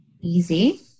easy